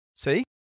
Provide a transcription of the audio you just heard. See